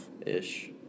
ish